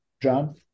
John